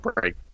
break